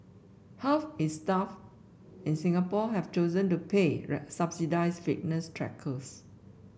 half its staff in Singapore have chosen to pay subsidised fitness trackers